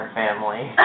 family